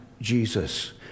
Jesus